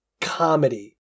comedy